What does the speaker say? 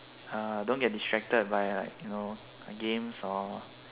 uh don't get distracted by like you know games or